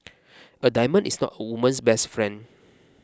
a diamond is not a woman's best friend